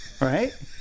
Right